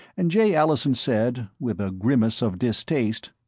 and jay allison said, with a grimace of distaste,